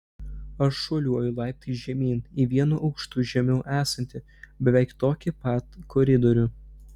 aš šuoliuoju laiptais žemyn į vienu aukštu žemiau esantį beveik tokį pat koridorių